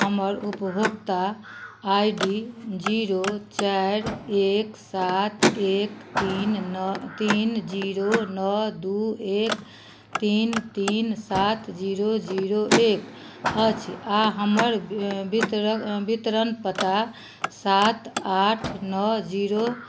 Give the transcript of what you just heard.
हमर उपभोक्ता I D zero चारि एक सात एक तीन नओ तीन जीरो नओ दू एक तीन तीन सात जीरो जीरो एक अछि आ हमर बितरण बितरण पता सात आठ नओ जीरो